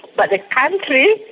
but a country?